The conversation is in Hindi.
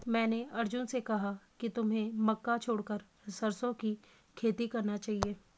मैंने अर्जुन से कहा कि तुम्हें मक्का छोड़कर सरसों की खेती करना चाहिए